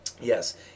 Yes